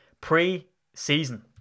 pre-season